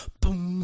boom